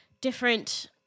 different